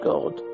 God